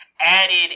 added